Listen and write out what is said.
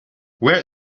where